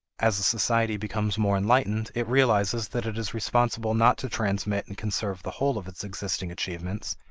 as a society becomes more enlightened, it realizes that it is responsible not to transmit and conserve the whole of its existing achievements,